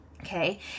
okay